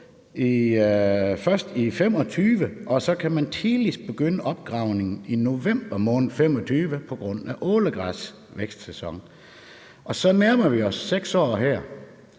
først i 2025, og så kan man tidligst begynde opgravningen i november måned 2025 på grund af ålegræsvækstsæson, og så nærmer vi os 6 år, hvis